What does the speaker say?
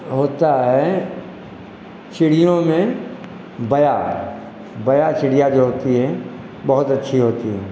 होता है चिड़ियों में बया बया चिड़िया जो होती है बहुत अच्छी होती है